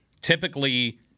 typically –